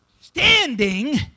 standing